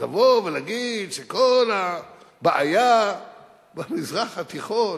אז לבוא ולהגיד שכל הבעיה במזרח התיכון,